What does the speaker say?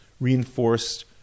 reinforced